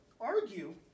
argue